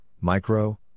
micro